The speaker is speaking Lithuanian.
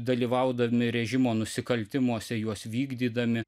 dalyvaudami režimo nusikaltimuose juos vykdydami